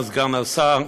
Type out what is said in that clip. סגן השר,